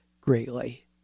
greatly